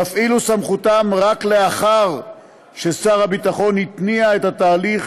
יפעילו את סמכותם רק לאחר ששר הביטחון התניע את התהליך